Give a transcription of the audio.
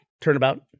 Turnabout